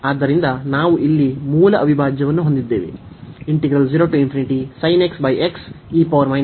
ಆದ್ದರಿಂದ ನಾವು ಇಲ್ಲಿ ಮೂಲ ಅವಿಭಾಜ್ಯವನ್ನು ಹೊಂದಿದ್ದೇವೆ ಅದು ಚೆನ್ನಾಗಿ ಒಮ್ಮುಖವಾಗುತ್ತದೆ